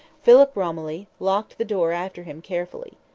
philip romilly locked the door after him carefully.